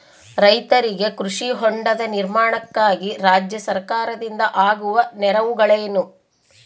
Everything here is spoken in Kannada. ರೈತರಿಗೆ ಕೃಷಿ ಹೊಂಡದ ನಿರ್ಮಾಣಕ್ಕಾಗಿ ರಾಜ್ಯ ಸರ್ಕಾರದಿಂದ ಆಗುವ ನೆರವುಗಳೇನು?